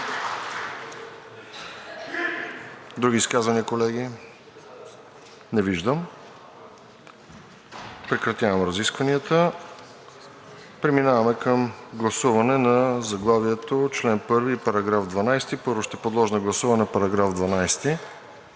Други изказвания, колеги? Не виждам. Прекратявам разискванията. Преминаваме към гласуване на заглавието, чл. 1 и § 12. Първо ще подложа на гласуване § 12.